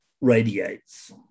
radiates